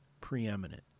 Preeminent